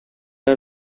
are